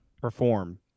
perform